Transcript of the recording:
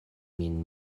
min